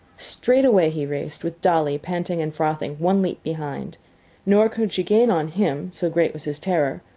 straight away he raced, with dolly, panting and frothing, one leap behind nor could she gain on him, so great was his terror,